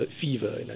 fever